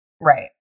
Right